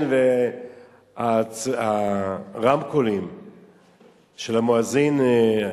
היו מקרים שבתי-המשפט קבעו שצריך להפסיק את המעצר המינהלי.